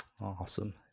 Awesome